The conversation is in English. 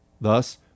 Thus